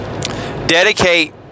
dedicate